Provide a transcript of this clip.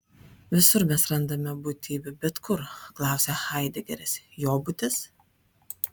visur mes randame būtybių bet kur klausia haidegeris jo būtis